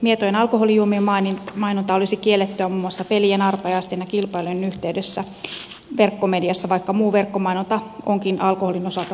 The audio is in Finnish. mietojen alkoholijuomien mainonta olisi kiellettyä muun muassa pelien arpajaisten ja kilpailujen yhteydessä verkkomediassa vaikka muu verkkomainonta onkin alkoholin osalta sallittua